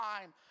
time